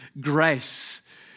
grace